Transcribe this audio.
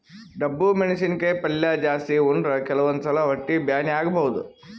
ಡಬ್ಬು ಮೆಣಸಿನಕಾಯಿ ಪಲ್ಯ ಜಾಸ್ತಿ ಉಂಡ್ರ ಕೆಲವಂದ್ ಸಲಾ ಹೊಟ್ಟಿ ಬ್ಯಾನಿ ಆಗಬಹುದ್